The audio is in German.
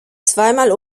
zweimal